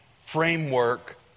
framework